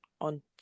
on